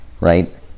Right